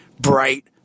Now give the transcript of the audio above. bright